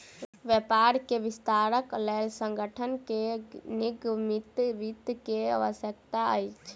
व्यापार के विस्तारक लेल संगठन के निगमित वित्त के आवश्यकता छल